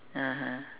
(uh huh)